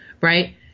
right